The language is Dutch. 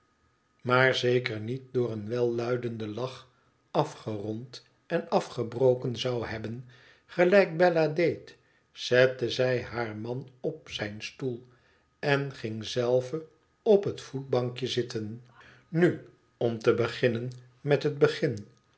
maar zeker niet door een welluidenden lach afgerond en afgebroken zou hebben gelijk bella deed zette zij haar man op zijn stoel en ging zelve op het voetbankje zitten nu om te beginen met het begin